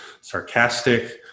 sarcastic